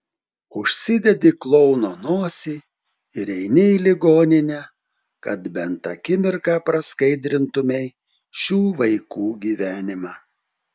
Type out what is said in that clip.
užsidedi klouno nosį ir eini į ligoninę kad bent akimirką praskaidrintumei šių vaikų gyvenimą